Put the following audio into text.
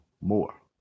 more